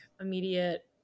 immediate